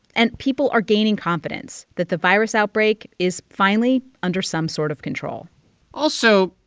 and people are gaining confidence that the virus outbreak is finally under some sort of control also,